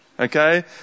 Okay